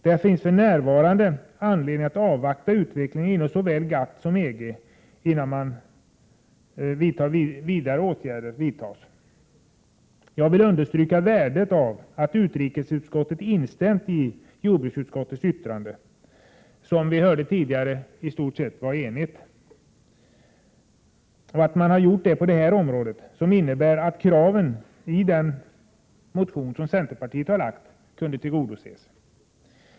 Det finns för närvarande anledning att avvakta utvecklingen inom såväl GATT som EG innan några ytterligare åtgärder vidtas. Jag vill understryka värdet av att utrikesutskottet har instämt i jordbruksutskottets yttrande, som i stort sett var enigt, enligt vad vi har hört tidigare. Att man har gjort det på det här området innebär att kraven i den motion som centerpartiet har lagt fram kunde tillgodoses.